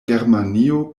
germanio